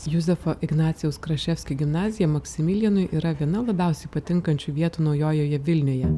juzefo ignacijaus kraševskio gimnazija maksimilijanui yra viena labiausiai patinkančių vietų naujojoje vilnioje